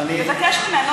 וזו לא פעם ראשונה ולא שנייה,